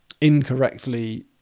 incorrectly